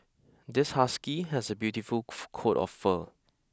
this husky has a beautiful coat of fur